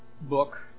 book